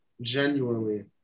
genuinely